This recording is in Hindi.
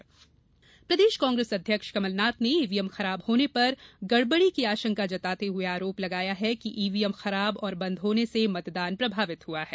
ईवीएम गड़बड़ी प्रदेश कांग्रेस अध्यक्ष कमलनाथ ने ईवीएम खराब होने पर गड़बड़ी की आशंका जताते हुए आरोप लगाया है कि ईवीएम खराब और बंद होने से मतदान प्रभावित हुआ है